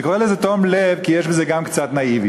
אני קורא לזה תום לב כי יש בזה גם קצת נאיביות,